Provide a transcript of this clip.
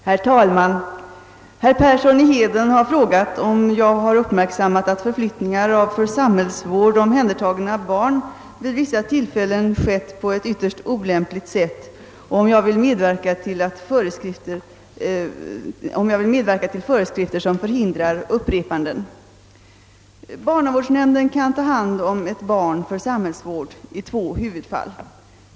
Herr talman! Herr Persson i Heden har frågat, om jag uppmärksammat att förflyttning av för samhällsvård omhändertagna barn vid vissa tillfällen skett på ytterst olämpligt sätt och om jag vill medverka till föreskrifter som förhindrar upprepanden. Barnavårdsnämnden kan ta hand om ett barn för samhällsvård i två huvudfall.